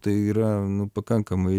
tai yra pakankamai